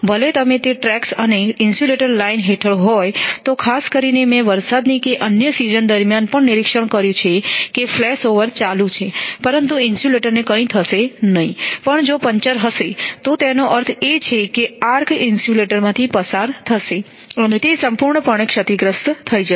ભલે તમે તે ટ્રેક્સ અને ઇન્સ્યુલેટરન લાઈન હેઠળ હોય તો ખાસ કરીને મેં વરસાદની કે અન્ય સિઝન દરમિયાન પણ નિરીક્ષણ કર્યું છે કે ફ્લેશ ઓવર ચાલુ છે પરંતુ ઇન્સ્યુલેટરને કંઈ થશે નહીં પણ જો પંચર હશે તો તેનો અર્થ એ છે કે આર્ક ઇન્સ્યુલેટરમાંથી પસાર થશે અને તે સંપૂર્ણપણે ક્ષતિગ્રસ્ત થઈ જશે